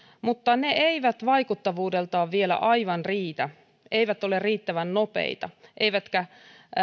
mutta ne eivät vaikuttavuudeltaan vielä aivan riitä eivät ole riittävän nopeita eivätkä